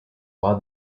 while